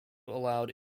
allowed